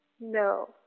No